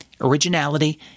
Originality